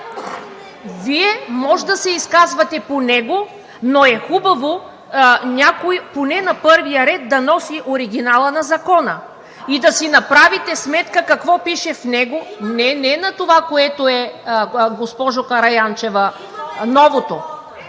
Вие може да се изказвате по него, но е хубаво някой, поне на първия ред, да носи оригинала на закона и да си направите сметка какво пише в него. Не, не на това, което е, госпожо Караянчева, новото…